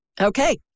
Okay